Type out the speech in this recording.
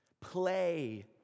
play